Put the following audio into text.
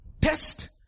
test